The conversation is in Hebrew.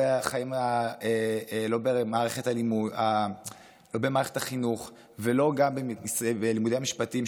לא במערכת החינוך וגם לא בלימודי המשפטים,